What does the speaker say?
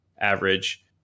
average